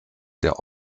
der